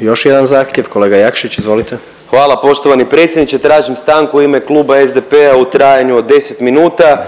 još jedan zahtjev, kolega Jakšić izvolite. **Jakšić, Mišel (SDP)** Hvala poštovani predsjedniče. Tražim stanku u ime Kluba SDP-a u trajanju od 10. minuta.